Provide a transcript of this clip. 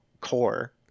core